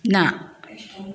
ना